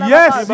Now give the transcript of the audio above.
Yes